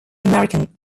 american